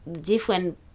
different